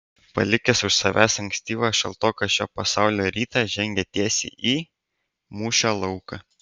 palikęs už savęs ankstyvą šaltoką šio pasaulio rytą žengė tiesiai į mūšio lauką